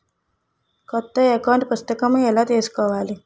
కొత్త అకౌంట్ పుస్తకము ఎలా తీసుకోవాలి?